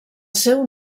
seu